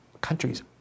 countries